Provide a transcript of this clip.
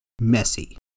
messy